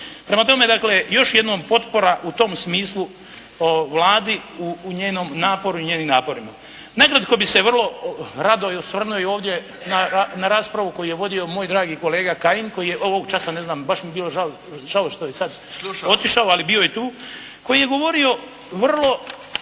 Prema tome, dakle još jednom potpora u tom smislu Vladi u njenom naporu i njenim naporima. Nakratko bih se vrlo rado i osvrnuo ovdje na raspravu koju je vodio moj dragi kolega Kajin koji je ovog časa ne znam, baš mi je bilo žao što je sad otišao, ali bio je tu, koji je govorio vrlo